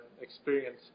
experience